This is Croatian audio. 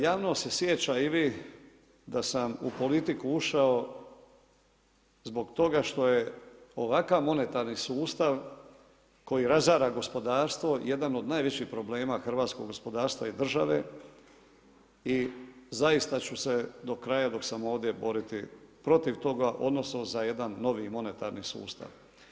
Javnost se sjeća i vi da sam u politiku ušao zbog toga što je ovakav monetarni sustav koji razara gospodarstvo jedan od najvećih problema hrvatskoj gospodarstva i države i zaista ću se do kraja dok sam ovdje boriti protiv toga, odnosno za jedan novi monetarni sustav.